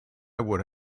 would